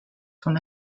son